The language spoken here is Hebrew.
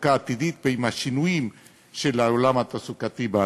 התעסוקה העתידית ועם השינויים של העולם התעסוקתי בעתיד.